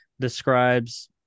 describes